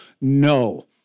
No